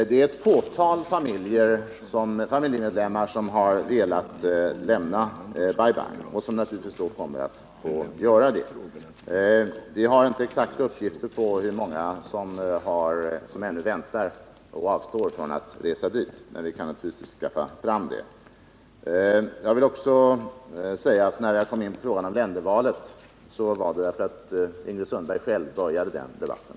Herr talman! Det rör sig om ett fåtal familjemedlemmar som har velat lämna Bai Bang och som naturligtvis får göra det. Vi har inte exakta uppgifter på hur många det är som ännu väntar på eller avstår från att resa dit. Men vi kan naturligtvis skaffa fram sådana uppgifter. Jag vill vidare säga att när jag kom in på frågan om ländervalet, så var det därför att Ingrid Sundberg själv började den debatten.